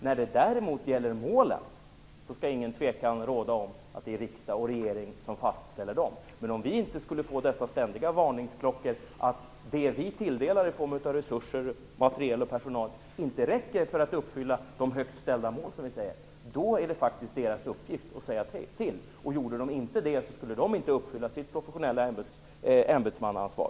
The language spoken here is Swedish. När det däremot gäller målen skall det inte råda något tvivel om att det är riksdag och regering som fastställer dessa. Men om vi inte skulle få dessa ständiga varningsklockor om att det som vi tilldelar i form av resurser - personal och materiel - inte räcker för att uppfylla de högt ställda målen, är det faktiskt deras uppgift att säga ifrån. Om de inte gjorde det, skulle de inte uppfylla sitt professionella ämbetsmannaansvar.